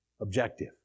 objective